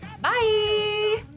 Bye